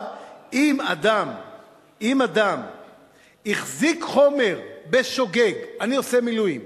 אם אדם החזיק חומר בשוגג, אני עושה מילואים,